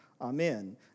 Amen